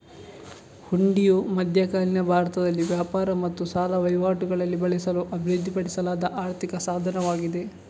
ಹುಂಡಿಯು ಮಧ್ಯಕಾಲೀನ ಭಾರತದಲ್ಲಿ ವ್ಯಾಪಾರ ಮತ್ತು ಸಾಲ ವಹಿವಾಟುಗಳಲ್ಲಿ ಬಳಸಲು ಅಭಿವೃದ್ಧಿಪಡಿಸಿದ ಆರ್ಥಿಕ ಸಾಧನವಾಗಿದೆ